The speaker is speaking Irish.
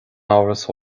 amhras